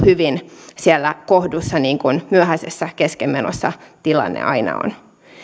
hyvin siellä kohdussa niin kuin myöhäisessä keskenmenossa tilanne aina on